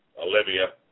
Olivia